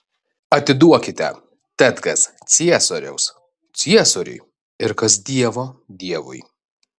atiduokite tad kas ciesoriaus ciesoriui ir kas dievo dievui